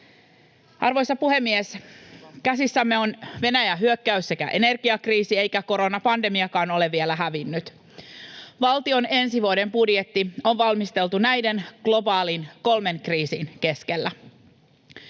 Arvoisa puhemies! Käsissämme on Venäjän hyökkäys sekä energiakriisi, eikä koronapandemiakaan ole vielä hävinnyt. Valtion ensi vuoden budjetti on valmisteltu näiden kolmen globaalin kriisin keskellä.